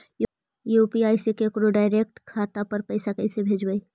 UPI से केकरो direct खाता पर पैसा कैसे भेजबै?